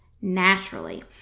naturally